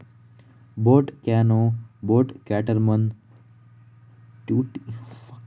boat canoe, boat catamaran, Tuticorin ಮತ್ತು Kilakarai boat ಗಳು ತಮಿಳುನಾಡಿನ ದೋಣಿಗಳಾಗಿವೆ